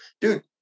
Dude